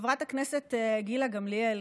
חברת הכנסת גילה גמליאל,